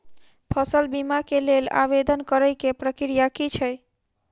फसल बीमा केँ लेल आवेदन करै केँ प्रक्रिया की छै?